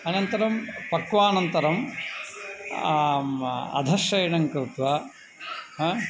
अनन्तरं पक्वानन्तरम् अधश्रयणङ्कृत्वा ह्